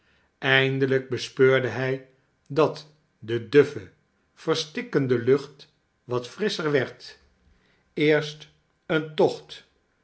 eindelijk bespeurde hij dat de duffe verstikkende lucht wat frisscher werd eerst een tooht